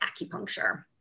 Acupuncture